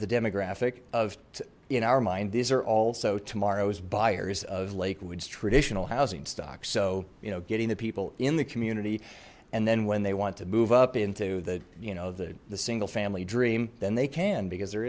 the demographic of in our mind these are also tomorrow's buyers of lakeridge traditional housing stocks so you know getting the people in the community and then when they want to move up into the you know the the single family dream then they can because there